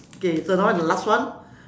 okay so now the last one